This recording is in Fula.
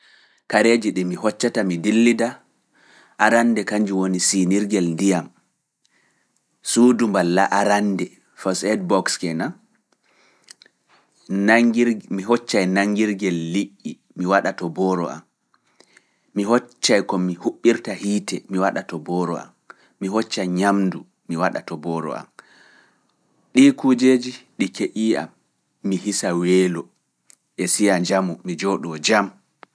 Kareeji ɗi mi hoccata mi dillida, arande kanji woni siinirgel ndiyam, suudu mballa arande First aid box, mi hoccay nanngirgel liƴƴi mi waɗa to booro am, mi hoccay ko mi huɓɓirta hiite mi waɗa to booro am, mi hoccay ñamdu mi waɗa to booro am, ɗii kujeeji ɗi keƴii am, mi hisa weelo, e siya njamu mi jooɗu wo jam.